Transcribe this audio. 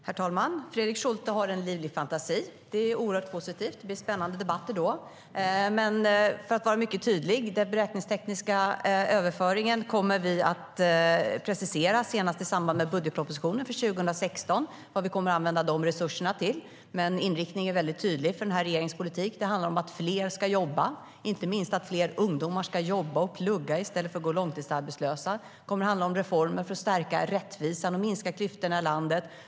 Herr talman! Fredrik Schulte har livlig fantasi. Det är oerhört positivt; det blir spännande debatter då. Jag vill vara mycket tydlig: Vi kommer att precisera vad vi kommer att använda resurserna från den beräkningstekniska överföringen till, senast i samband med budgetpropositionen för 2016. Inriktningen för regeringens politik är tydlig. Det handlar om att fler ska jobba, inte minst att fler ungdomar ska jobba och plugga i stället för att gå långtidsarbetslösa. Det handlar om reformer för att stärka rättvisan och minska klyftorna i landet.